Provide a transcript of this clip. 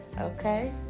okay